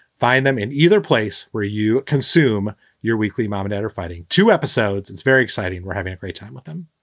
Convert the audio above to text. find them in either place where you consume your weekly. mom and dad are fighting two episodes. it's very exciting. we're having a great time with them.